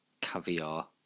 caviar